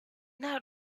now